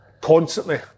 constantly